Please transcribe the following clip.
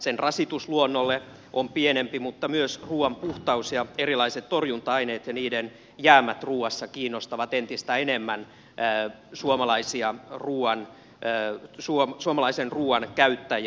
sen rasitus luonnolle on pienempi mutta myös ruuan puhtaus ja erilaiset torjunta aineet ja niiden jäämät ruuassa kiinnostavat entistä enemmän käy suomalaisia ruuan käy sua suomalaisen ruuan käyttäjiä